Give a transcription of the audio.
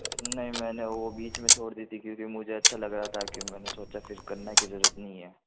नहीं मैंने वो बीच में छोड़ दी थी क्योंकि मुझे अच्छा लग रहा था कि मैंने सोचा फिर करने की जरूरत नहीं है